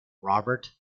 robert